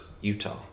Utah